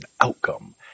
outcome